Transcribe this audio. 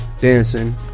Dancing